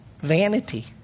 vanity